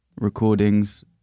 recordings